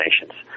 nations